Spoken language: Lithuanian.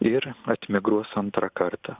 ir atmigruos antrą kartą